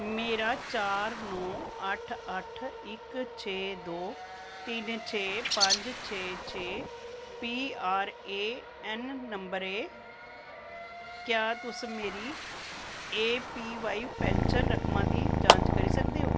मेरा चार नौ अट्ठ अट्ठ इक छे दो तिन छे पंज छे छे पीआरएऐन्न नंबर ऐ क्या तुस मेरी एपीवाई पैन्शन रकमा दी जांच करी सकदे ओ